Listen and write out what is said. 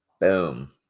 Boom